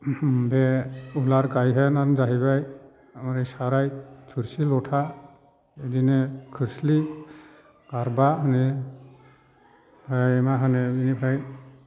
बे उलार गाइहेनआनो जाहैबाय साराय थोरसि लथा बिदिनो खोस्लि गारबा होनो मा होनो बिनिफ्राय